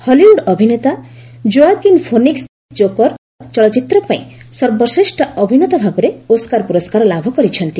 Hollywood ଅଭିନେତା Joaquin Phoenix 'Joker' ଚଳଚ୍ଚିତ୍ର ପାଇଁ ସର୍ବଶ୍ରେଷ୍ଠ ଅଭିନେତା ଭାବେ ଓସ୍କାର ପୁରସ୍କାର ଲାଭ କରିଛନ୍ତି